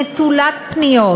נטולת פניות